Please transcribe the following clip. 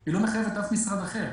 היא לא מחייבת אף משרד אחר.